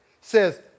says